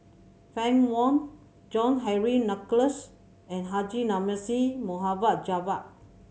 Fann Wong John Henry Duclos and Haji Namazie Mohd Javad